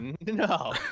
No